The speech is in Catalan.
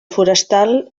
forestal